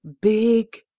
big